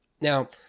now